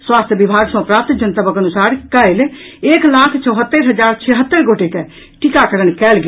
स्वास्थ्य विभाग सँ प्राप्त जनतबक अनुसार काल्हि एक लाख चौहत्तरि हजार छिहत्तरि गोटे के टीकाकरण कयल गेल